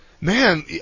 Man